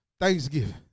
Thanksgiving